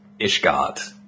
Ishgard